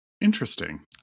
Interesting